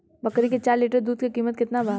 बकरी के चार लीटर दुध के किमत केतना बा?